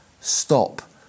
Stop